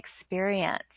experience